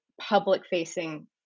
public-facing